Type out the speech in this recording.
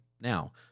Now